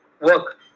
work